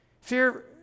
fear